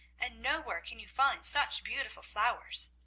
and nowhere can you find such beautiful flowers.